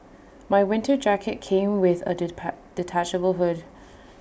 my winter jacket came with A detachable hood